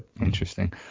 Interesting